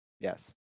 Yes